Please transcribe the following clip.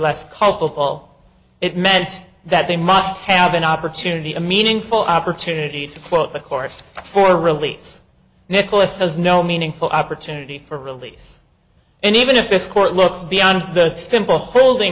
less culpable it meant that they must have an opportunity a meaningful opportunity to quote the course for release nicholas has no meaningful opportunity for release and even if this court looks beyond the simple holding